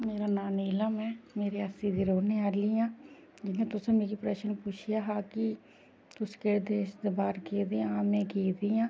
मेरा नांऽ नीलम ऐ में रियासी दी रौह्ने आह्ली आं जियां तुसें मिगी प्रश्न पुच्छेआ हा कि तुस केह्ड़े देश दे बाह्र गेदे आं में गेदी आं